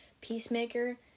Peacemaker